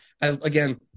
Again